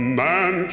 man